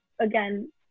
again